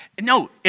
No